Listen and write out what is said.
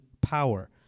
power